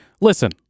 Listen